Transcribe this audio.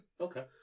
okay